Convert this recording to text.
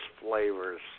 flavors